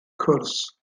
cwrs